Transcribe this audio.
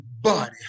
body